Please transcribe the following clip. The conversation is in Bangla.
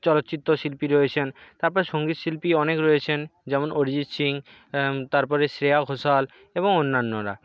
চলচ্চিত্র শিল্পী রয়েছেন তারপরে সঙ্গীত শিল্পীও অনেক রয়েছেন যেমন অরিজিৎ সিং তারপরে শ্রেয়া ঘোষাল এবং অন্যান্যরা